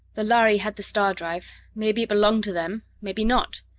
the lhari had the star-drive maybe it belonged to them, maybe not.